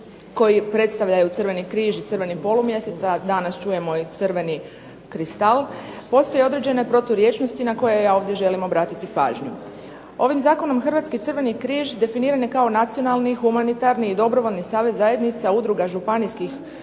koji predstavljaju Crveni križ i Crveni polumjesec, a danas čujemo i Crveni kristal, postoje određene proturječnosti na koje ja ovdje želim obratiti pažnju. Ovim zakonom Hrvatski Crveni križ definiran je kao nacionalni, humanitarni i dobrovoljni savez zajednica udruga županijskih